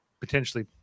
potentially